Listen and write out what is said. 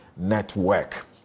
network